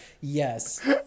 Yes